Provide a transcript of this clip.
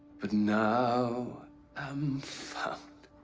but now am found